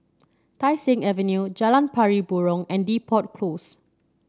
Tai Seng Avenue Jalan Pari Burong and Depot Close